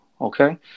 okay